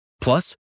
Plus